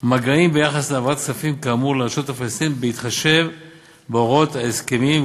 מגעים ביחס להעברת כספים כאמור לרשות הפלסטינית בהתחשב בהוראות ההסכמים,